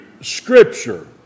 scripture